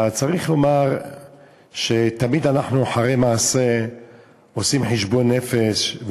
צריך לומר שתמיד אנחנו עושים חשבון נפש אחרי מעשה,